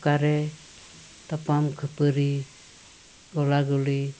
ᱚᱠᱟᱨᱮ ᱛᱟᱯᱟᱢ ᱠᱷᱟᱹᱯᱟᱨᱤ ᱜᱚᱞᱟᱜᱩᱞᱤ